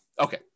Okay